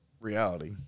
reality